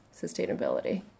sustainability